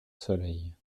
soleil